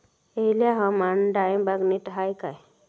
हयला हवामान डाळींबाक नीट हा काय?